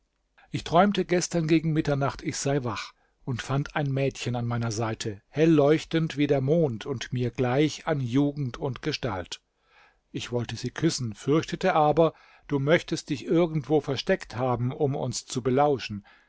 ich träumte gestern gegen mitternacht ich sei wach und fand ein mädchen an meiner seite helleuchtend wie der mond und mir gleich an jugend und gestalt ich wollte sie küssen fürchtete aber du möchtest dich irgendwo versteckt haben um uns zu belauschen